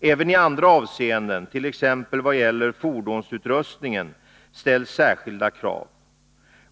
Även i andra avseenden, t.ex. vad gäller fordonsutrustningen, ställs särskilda krav.